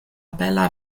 bela